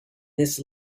this